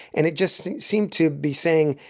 and it just seemed to be saying,